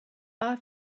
are